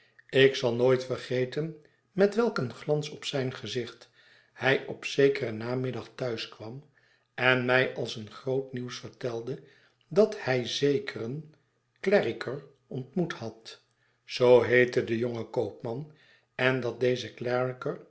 ik zal nooit vergeten met welk een glans op zijn gezicht hij op zekeren namiddag thuis kwam en mij als een groot nieuws vertelde dat hij zekeren clarriker ontmoet had zoo heette de jonge koopman en dat deze